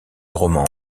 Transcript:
roman